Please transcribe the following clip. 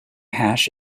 hash